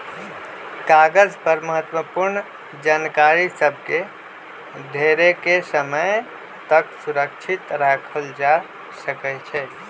कागज पर महत्वपूर्ण जानकारि सभ के ढेरेके समय तक सुरक्षित राखल जा सकै छइ